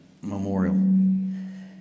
Memorial